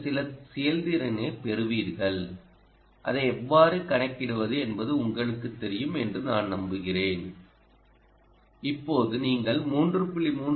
நீங்கள் சில செயல்திறனைப் பெறுவீர்கள் அதை எவ்வாறு கணக்கிடுவது என்பது உங்களுக்குத் தெரியும் என்று நான் நம்புகிறேன் இப்போது நீங்கள் 3